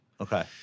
Okay